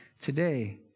today